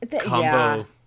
combo